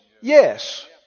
Yes